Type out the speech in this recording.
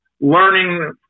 learning